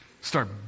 start